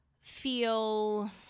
feel